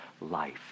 life